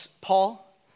Paul